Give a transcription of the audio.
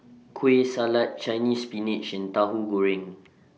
Kueh Salat Chinese Spinach and Tahu Goreng